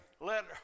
Let